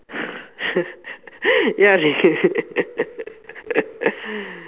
ya dey